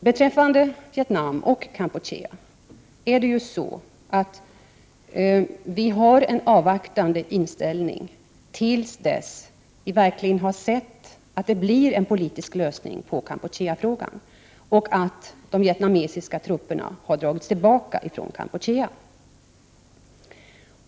Beträffande Vietnam och Kampuchea har vi en avvaktande inställning till dess att vi verkligen har sett att det blir en politisk lösning på Kampucheafrågan och att de vietnamesiska trupperna har dragits tillbaka från Kampuchea.